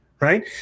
right